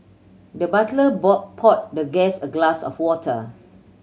the butler poured the guest a glass of water